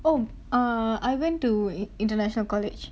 oh uh I went to i~ international college